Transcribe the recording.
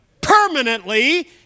permanently